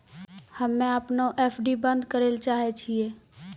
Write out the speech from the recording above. हम्मे अपनो एफ.डी बन्द करै ले चाहै छियै